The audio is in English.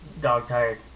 dog-tired